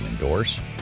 endorse